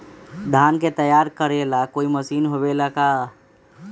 धान के तैयार करेला कोई मशीन होबेला का?